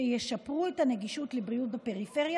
שישפרו את הנגישות לבריאות בפריפריה